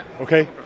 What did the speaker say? okay